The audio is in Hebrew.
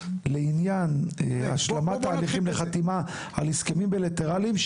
לעניין השלמת תהליכים לחתימה על הסכמים בילטרליים,